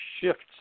shifts